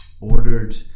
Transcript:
ordered